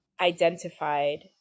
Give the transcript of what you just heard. identified